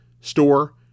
store